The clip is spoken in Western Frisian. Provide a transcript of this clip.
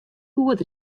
goed